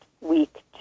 week